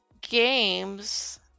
games